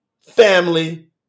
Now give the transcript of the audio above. family